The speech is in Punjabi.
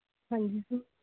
ਹਾਂਜੀ ਸਰ